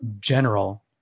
general